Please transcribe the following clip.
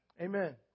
Amen